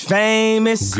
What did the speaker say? famous